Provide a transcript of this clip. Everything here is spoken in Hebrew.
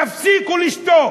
תפסיקו לשתוק.